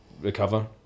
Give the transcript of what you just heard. recover